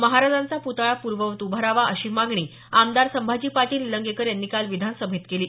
महाराजांचा पुतळा पूर्ववत उभारावा अशी मागणी आमदार संभाजी पाटील निलंगेकर यांनी काल विधान सभेत केली